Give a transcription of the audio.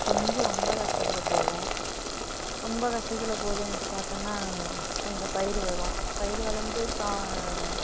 கொஞ்சம் ரொம்ப கஷ்டத்தில் போகும் ரொம்ப கஷ்டத்தில் போகுதேன்ட்டு பார்த்தனா கொஞ்சம் பயிர் வரும் பயிர் வளர்ந்து சா